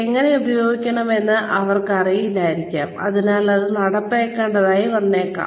എങ്ങനെ പ്രയോഗിക്കണം എന്ന് അവർക്കറിയില്ലായിരിക്കാം അതിനാൽ അത് നടപ്പിലാക്കേണ്ടതായി വന്നേക്കാം